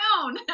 own